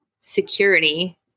security